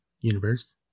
universe